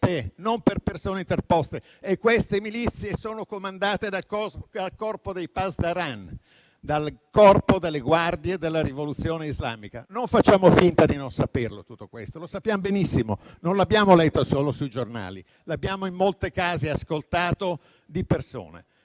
non per interposta persona. Queste milizie sono comandate dal corpo dei *pasdaran*, dal corpo delle guardie della rivoluzione islamica. Non facciamo finta di non sapere tutto questo. Lo sappiamo benissimo, non l'abbiamo letto solo sui giornali, ma in molti casi l'abbiamo ascoltato di persona.